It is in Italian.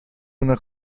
una